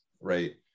right